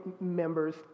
members